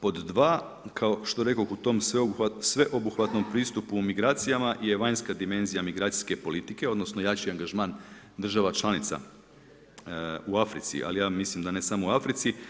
Pod dva, kao što rekoh, u tom sveobuhvatnom pristupu migracijama je vanjska dimenzija migracijske politike odnosno jači angažman država članica u Africi, ali ja mislim da ne samo u Africi.